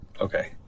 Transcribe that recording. Okay